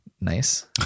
Nice